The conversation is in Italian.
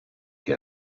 che